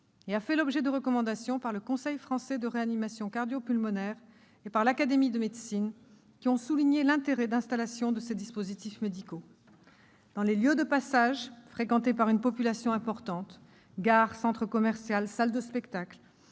et a fait l'objet de recommandations par le Conseil français de réanimation cardio-pulmonaire et par l'Académie nationale de médecine, qui ont souligné l'intérêt d'installation de ces dispositifs médicaux dans les lieux de passage fréquentés par une population importante- gares, centres commerciaux, salles de spectacle